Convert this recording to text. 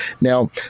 Now